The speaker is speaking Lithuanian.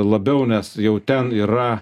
labiau nes jau ten yra